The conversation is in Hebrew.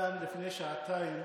כאן לפני שעתיים